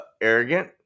arrogant